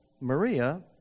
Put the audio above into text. Maria